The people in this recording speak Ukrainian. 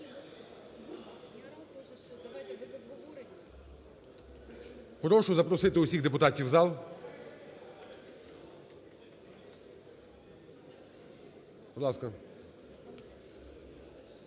Прошу запросити усіх депутатів в зал, будь ласка.